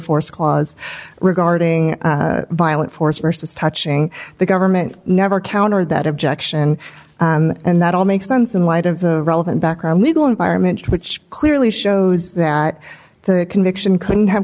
force clause regarding violent force versus touching the government never countered that objection and that all makes sense in light of the relevant background legal environment which clearly shows that the conviction couldn't have